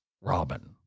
Robin